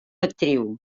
actriu